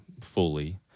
fully